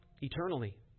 eternally